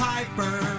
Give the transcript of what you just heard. Piper